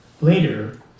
later